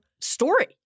story